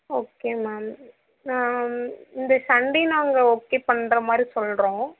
okay ma'am ma'am இந்த Sunday நாங்கள் okay பண்ணுற மாதிரி சொல்கிறோம்